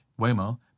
Waymo